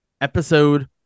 Episode